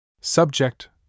Subject